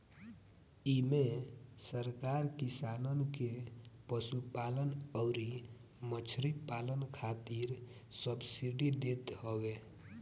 इमे सरकार किसानन के पशुपालन अउरी मछरी पालन खातिर सब्सिडी देत हवे